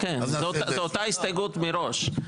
כן זו אותה הסתייגות מראש.